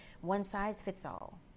one-size-fits-all